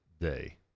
day